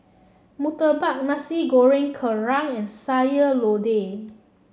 murtabak Nasi Goreng Kerang and Sayur Lodeh